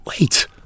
wait